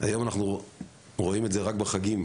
והיום אנחנו רואים את זה רק בחגים.